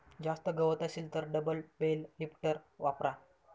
जास्त गवत असेल तर डबल बेल लिफ्टर वापरा